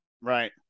Right